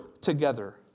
together